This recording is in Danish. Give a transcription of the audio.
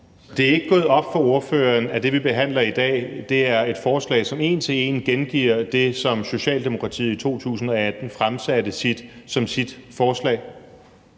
Det er ikke gået op for ordføreren, at det, vi behandler i dag, er et forslag, som en til en gengiver det, som Socialdemokratiet i 2018 fremsatte som sit forslag?